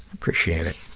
appreciate it.